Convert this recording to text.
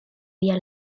via